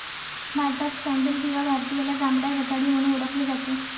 भारतात स्कँडल किंवा भारतीयाला जांभळ्या रताळी म्हणून ओळखले जाते